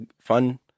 fun